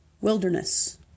Wilderness